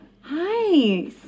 Hi